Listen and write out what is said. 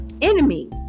enemies